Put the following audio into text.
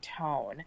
tone